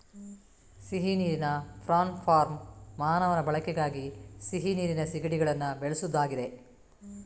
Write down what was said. ಸಿಹಿ ನೀರಿನ prawn farm ಮಾನವನ ಬಳಕೆಗಾಗಿ ಸಿಹಿ ನೀರಿನ ಸೀಗಡಿಗಳನ್ನ ಬೆಳೆಸುದಾಗಿದೆ